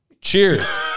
Cheers